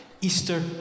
Easter